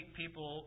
people